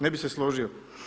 Ne bi se složio.